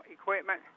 equipment